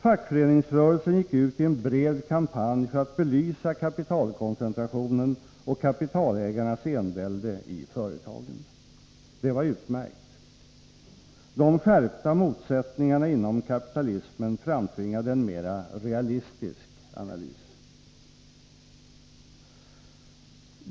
Fackföreningsrörelsen gick ut i en bred kampanj för att belysa kapitalkoncentrationen och kapitalägarnas envälde i företagen. Det var utmärkt. De skärpta motsättningarna inom kapitalismen framtvingade en mera realistisk analys.